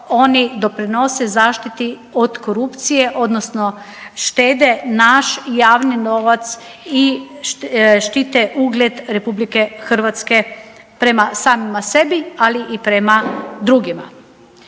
oni doprinose zaštiti od korupcije, odnosno štede naš javni novac i štite ugled RH prema samima sebi, ali i prema drugima.